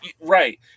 Right